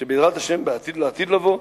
שבעזרת השם, בעתיד לעתיד לבוא,